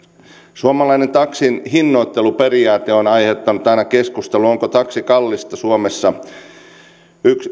suomalainen taksin hinnoitteluperiaate on aiheuttanut aina keskustelua onko taksi kallis suomessa